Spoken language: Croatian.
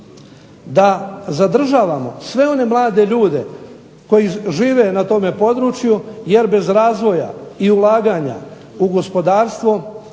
da zadržavamo sve one mlade ljude koji žive na tome području. Jer bez razvoja i ulaganja u gospodarstvo